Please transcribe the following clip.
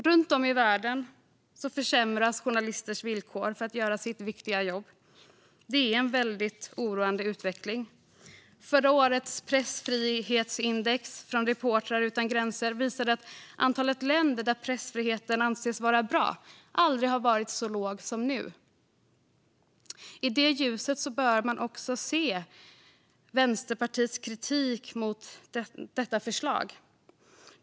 Runt om i världen försämras villkoren för journalisters möjligheter att göra sitt viktiga jobb. Detta är en väldigt oroande utveckling. Förra årets pressfrihetsindex från Reportrar utan gränser visade att antalet länder där pressfriheten anses vara bra aldrig har varit så litet som nu. I det ljuset bör man också se Vänsterpartiets kritik mot regeringens förslag.